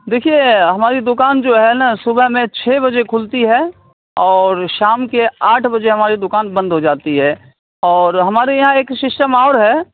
دیکھیے ہماری دکان جو ہے نا صبح میں چھ بجے کھلتی ہے اور شام کے آٹھ بجے ہماری دکان بند ہو جاتی ہے اور ہمارے یہاں ایک سسٹم اور ہے